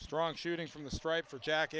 strong shooting from the stripe for jack